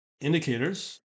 indicators